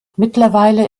mittlerweile